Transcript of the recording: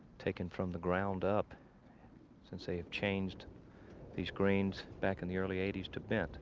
taken from the ground up since they have changed these grains back in the early eighties to bent